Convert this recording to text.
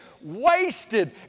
wasted